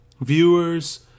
Viewers